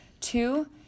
two